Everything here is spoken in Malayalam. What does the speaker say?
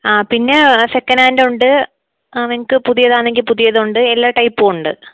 ആ പിന്നെ സെക്കൻഡ് ഹാൻഡ ഉണ്ട് ആ നിങ്ങൾക്ക് പുതിയതാണെങ്കിൽ പുതിയത് ഉണ്ട് എല്ലാ ടൈപ്പും ഉണ്ട്